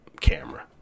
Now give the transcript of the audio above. camera